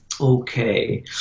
Okay